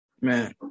Man